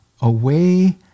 away